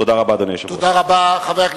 תודה רבה, אדוני היושב-ראש.